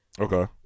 Okay